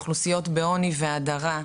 אוכלוסיות בעוני ובהדרה,